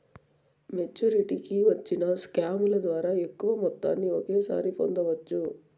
మెచ్చురిటీకి వచ్చిన స్కాముల ద్వారా ఎక్కువ మొత్తాన్ని ఒకేసారి పొందవచ్చు